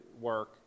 work